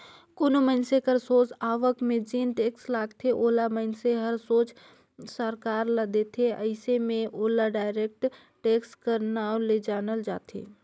कोनो मइनसे कर सोझ आवक में जेन टेक्स लगथे ओला मइनसे हर सोझ सरकार ल देथे अइसे में ओला डायरेक्ट टेक्स कर नांव ले जानल जाथे